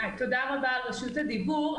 תודה רבה על רשות הדיבור.